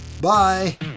Bye